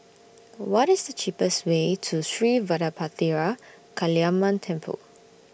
What IS The cheapest Way to Sri Vadapathira Kaliamman Temple